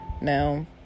now